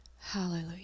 hallelujah